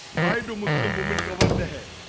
why do muslim women cover the head?